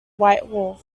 whitehall